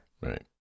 Right